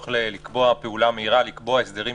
שהולכים להפעיל אותו בנקודות מסוימות,